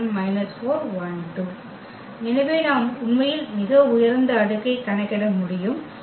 எடுக்க எனவே நாம் உண்மையில் மிக உயர்ந்த அடுக்கைக் கணக்கிட முடியும்